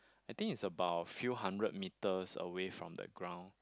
I think is about few hundred meters away from the ground